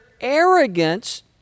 arrogance